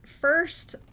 first